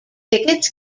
tickets